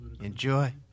Enjoy